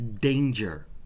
danger